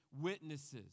witnesses